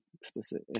explicit